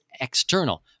external